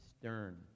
stern